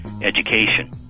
education